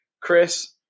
Chris